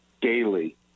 daily